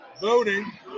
Voting